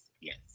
Yes